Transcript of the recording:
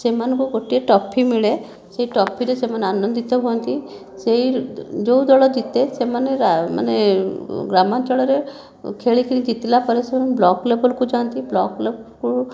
ସେମାନଙ୍କୁ ଗୋଟିଏ ଟ୍ରଫି ମିଳେ ସେ ଟ୍ରଫିରେ ସେମାନେ ଆନନ୍ଦିତ ହୁଅନ୍ତି ସେହି ଯେଉଁ ଦଳ ଜିତେ ସେମାନେ ମାନେ ଗ୍ରାମାଞ୍ଚଳରେ ଖେଳିକରି ଜିତିଲା ପରେ ସେମାନେ ବ୍ଲକ୍ ଲେବଲ୍କୁ ଯାଆନ୍ତି ବ୍ଲକ୍ ଲେବଲ୍ରୁ